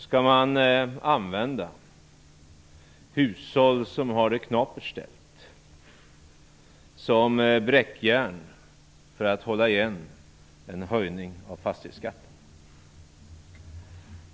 Skall man använda hushåll som har det knapert ställt som bräckjärn för att hålla igen en höjning av fastighetsskatten?